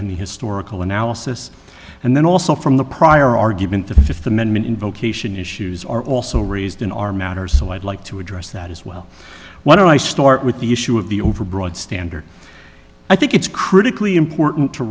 and the historical analysis and then also from the prior argument the fifth amendment in vocation issues are also raised in our matters so i'd like to address that as well why don't i start with the issue of the overbroad standard i think it's critically important to